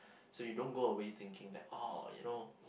so you don't go away thinking that oh you know